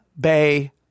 Bay